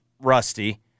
rusty